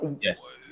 Yes